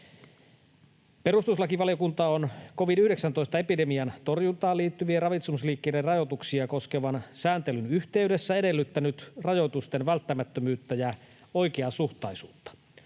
Perustuslakivaliokunta on covid-19-epidemian torjuntaan liittyviä ravitsemusliikkeiden rajoituksia koskevan sääntelyn yhteydessä edellyttänyt rajoitusten välttämättömyyttä ja oikeasuhtaisuutta.